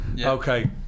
Okay